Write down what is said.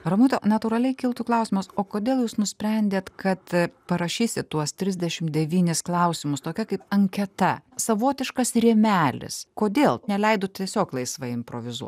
ramute natūraliai kiltų klausimas o kodėl jūs nusprendėt kad parašysit tuos trisdešim devynis klausimus tokia kaip anketa savotiškas rėmelis kodėl neleidot tiesiog laisvai improvizuo